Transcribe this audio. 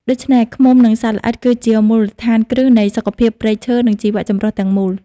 ដូច្នេះ ឃ្មុំ និងសត្វល្អិតគឺជាមូលដ្ឋានគ្រឹះនៃសុខភាពព្រៃឈើ និងជីវៈចម្រុះទាំងមូល។